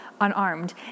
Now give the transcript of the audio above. unarmed